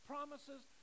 Promises